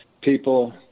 people